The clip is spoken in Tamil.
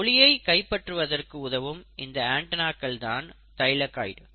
ஒளியை கைப்பற்றுவதற்கு உதவும் இந்த ஆண்டனாகள் தான் தைலகாய்டு